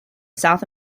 south